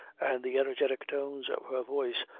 and the energetic tones of her voice,